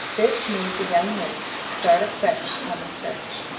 this made the young men start afresh on the search,